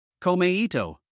Komeito